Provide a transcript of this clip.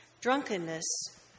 drunkenness